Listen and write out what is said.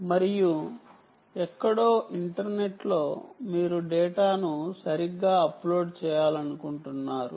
మరియు ఎక్కడో ఇంటర్నెట్లో మీరు డేటాను సరిగ్గా అప్లోడ్ చేయాలనుకుంటున్నారు